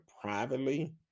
privately